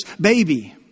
baby